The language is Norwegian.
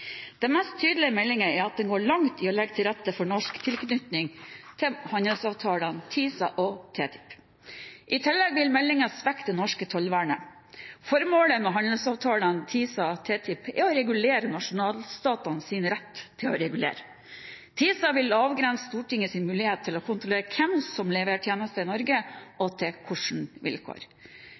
den går langt i å legge til rette for norsk tilknytning til handelsavtalene TISA og TTIP. I tillegg vil meldingen svekke det norske tollvernet. Formålet med handelsavtalene TISA og TTIP er å regulere nasjonalstatenes rett til å regulere. TISA vil avgrense Stortingets mulighet til å kontrollere hvem som leverer tjenester i Norge, og på hvilke vilkår.